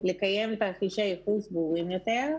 לקיים תרחישי ייחוס ברורים יותר,